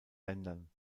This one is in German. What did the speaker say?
ländern